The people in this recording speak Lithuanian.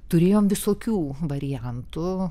turėjom visokių variantų